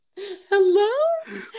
Hello